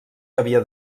havia